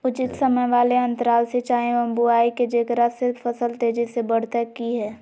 उचित समय वाले अंतराल सिंचाई एवं बुआई के जेकरा से फसल तेजी से बढ़तै कि हेय?